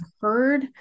heard